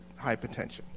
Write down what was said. hypertension